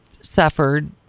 suffered